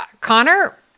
Connor